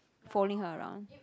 following her around